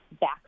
back